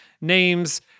names